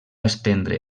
estendre